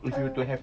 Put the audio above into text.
err